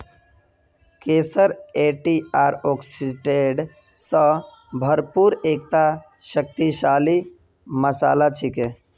केसर एंटीऑक्सीडेंट स भरपूर एकता शक्तिशाली मसाला छिके